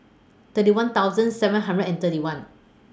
thirty one thousand seven hundred and thirty one